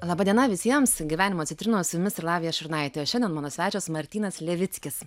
laba diena visiems gyvenimo citrinos su jumis ir lavija šurnaitė o šiandien mano svečias martynas levickis